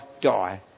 die